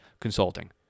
consulting